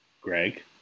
Greg